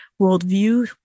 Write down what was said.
worldview